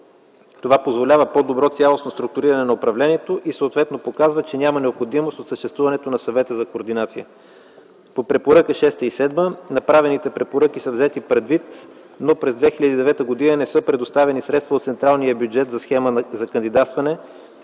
Това позволява по-добро цялостно структуриране на управлението и съответно показва, че няма необходимост от съществуването на Съвета за координация. По препоръки шеста и седма. Направените препоръки са взети предвид, но през 2009 г. не са предоставени средства от централния бюджет за схема за кандидатстване